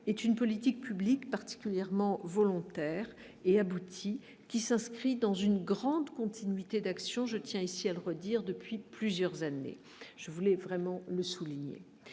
est d'une politique publique particulièrement volontaire et abouti qui s'inscrit dans une grande continuité d'action je tiens ici à le redire depuis plusieurs années, je voulais vraiment le souligner